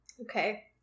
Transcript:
Okay